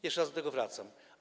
Jeszcze raz do tego wracam.